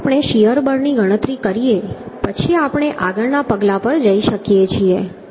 એકવાર આપણે શીયર બળની ગણતરી કરીએ પછી આપણે આગળના પગલા પર જઈ શકીએ છીએ